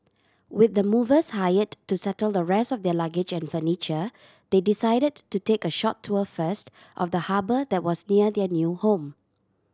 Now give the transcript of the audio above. with the movers hired to settle the rest of their luggage and furniture they decided to take a short tour first of the harbour that was near their new home